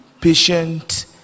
patient